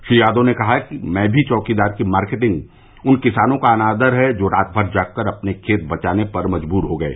श्री यादव ने कहा कि मैं भी चौकीदार की मार्केटिंग उन किसानों का अनादर है जो रात भर जागकर अपने खेत बचाने पर मजबूर हो गये